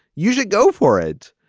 you should go for it.